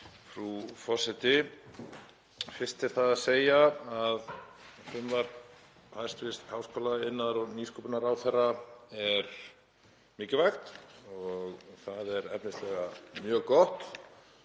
Frú forseti. Fyrst er það að segja að frumvarp hæstv. háskóla-, iðnaðar- og nýsköpunarráðherra er mikilvægt og það er efnislega mjög gott